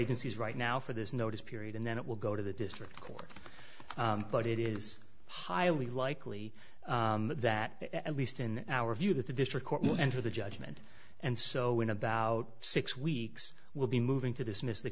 agencies right now for this notice period and then it will go to the district court but it is highly likely that at least in our view that the district court will enter the judgment and so when about six weeks we'll be moving to dismiss the